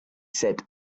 said